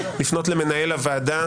לפנות למנהל הוועדה,